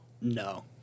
No